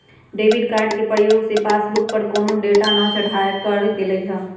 debit card के प्रयोग से पासबुक पर कोनो डाटा न चढ़ाएकर गेलइ ह